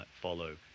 follow